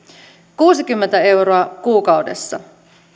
kuusikymmentä euroa kuukaudessa